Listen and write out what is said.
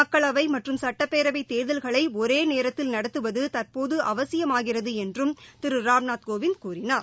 மக்களவை மற்றம் சட்டப்பேரவைத் தேர்தல்களை ஒரே நேரத்தில் நடத்துவது தற்போது அவசியமாகிறது என்றும் திரு ராம்நாத் கோவிந்த் கூறினார்